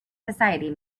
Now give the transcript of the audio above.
society